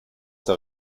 der